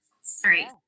sorry